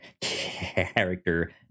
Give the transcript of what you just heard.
character